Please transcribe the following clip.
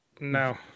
No